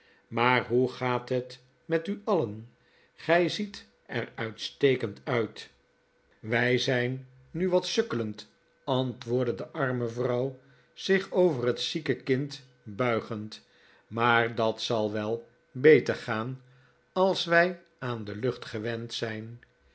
maar hoe gaat het met u alien gij ziet er uitstekend uit wij zijn nu wat sukkelend antwoordde de arme vrouw zich over het zieke kind buigend maar dat zal wel beter maarten chuzzlewit gaan als wij aan de lucht gewend zijn